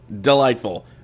Delightful